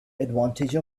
advantage